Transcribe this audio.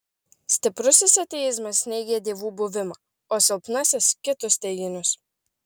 stiprusis ateizmas neigia dievų buvimą o silpnasis kitus teiginius